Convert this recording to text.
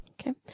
Okay